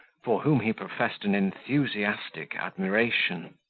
for whom he professed an enthusiastic admiration.